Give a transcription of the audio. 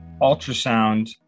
ultrasound